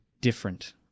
different